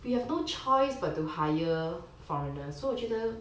we have no choice but to hire foreigners so 我觉得